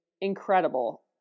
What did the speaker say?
incredible